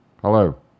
Hello